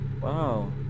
Wow